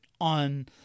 on